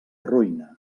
ruïna